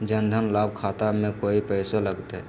जन धन लाभ खाता में कोइ पैसों लगते?